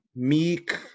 meek